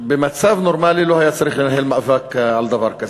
שבמצב נורמלי לא היה צריך לנהל מאבק על דבר כזה.